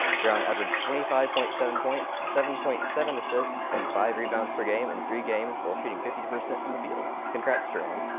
brown averaged twenty five point seven points, seven point seven assists and five rebounds per game in three games while shooting fifty percent from the field. congrats, troran.